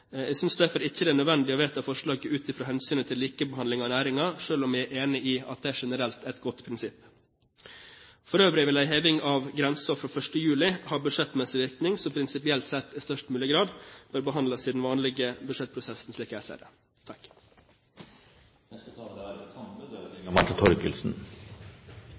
Jeg synes derfor ikke det er nødvendig å vedta forslaget ut fra hensynet til likebehandling av næringer, selv om jeg er enig i at det generelt er et godt prinsipp. For øvrig vil en heving av grensen fra 1. juli ha budsjettmessig virkning, som prinsipielt sett – i størst mulig grad – bør behandles i den vanlige budsjettprosessen, slik jeg ser det.